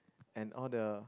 and all the